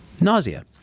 nausea